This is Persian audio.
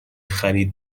خرید